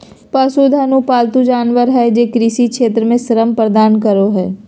पशुधन उ पालतू जानवर हइ जे कृषि क्षेत्र में श्रम प्रदान करो हइ